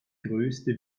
größte